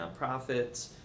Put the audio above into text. nonprofits